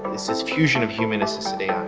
this is fusion of human assisity.